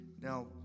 Now